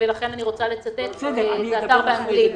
ואת מספר המשפחות החדשות שהגיעו